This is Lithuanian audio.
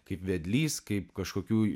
kaip vedlys kaip kažkokių